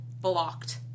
blocked